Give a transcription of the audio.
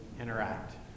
interact